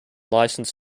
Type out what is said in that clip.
licence